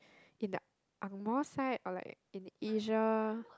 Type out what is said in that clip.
in the angmoh side or like in Asia